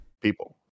people